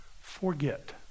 forget